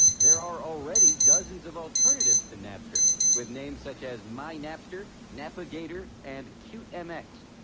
there are already dozens of alternatives to napster, with names such as my napster, napigator, and cute mx.